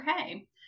okay